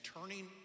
turning